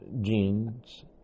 genes